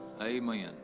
Amen